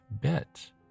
bit